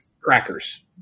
Crackers